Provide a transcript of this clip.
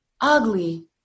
ugly